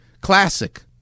classic